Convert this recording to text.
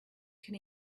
can